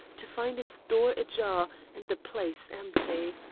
to find its door ajar and the place empty.